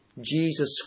Jesus